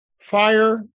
Fire